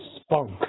spunk